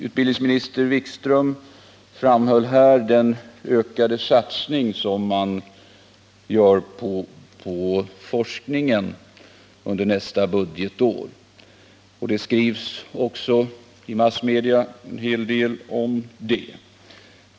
Utbildningsminister Wikström framhöll den ökade satsning som man gör på forskning under nästa budgetår. Det skrivs också i massmedia en hel del om detta.